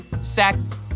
sex